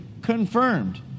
confirmed